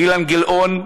אילן גילאון,